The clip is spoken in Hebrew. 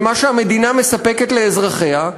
במה שהמדינה מספקת לאזרחיה,